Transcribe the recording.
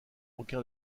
aucun